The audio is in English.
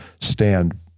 stand